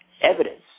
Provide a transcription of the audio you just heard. evidence